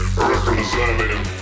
representing